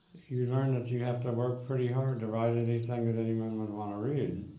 you learn that you have to work pretty hard to write anything that anyone would want to read.